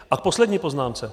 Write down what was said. A v poslední poznámce.